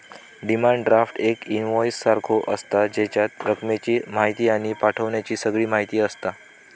demand draft एक invoice सारखो आसता, जेच्यात रकमेची म्हायती आणि पाठवण्याची सगळी म्हायती आसता